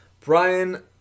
Brian